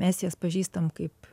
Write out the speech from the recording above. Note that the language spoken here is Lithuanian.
mes jas pažįstam kaip